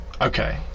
Okay